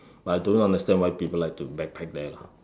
but I don't understand why people like to backpack there lah